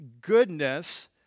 goodness